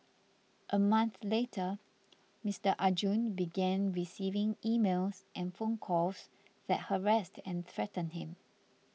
a month later Mister Arjun began receiving emails and phone calls that harassed and threatened him